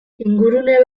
ingurune